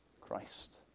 Christ